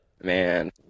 man